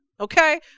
Okay